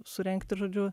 surengti žodžiu